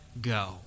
go